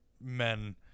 men